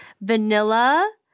Vanilla